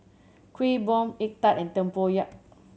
Kuih Bom egg tart and tempoyak